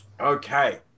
Okay